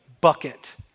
bucket